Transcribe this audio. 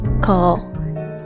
call